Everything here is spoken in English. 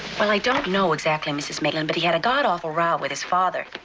well, i don't know exactly, mrs. maitland, but he had a god-awful row with his father.